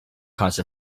caused